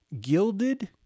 gilded